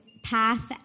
path